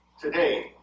today